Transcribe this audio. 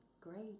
Great